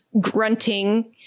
grunting